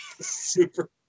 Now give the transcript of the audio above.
super